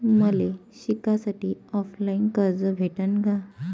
मले शिकासाठी ऑफलाईन कर्ज भेटन का?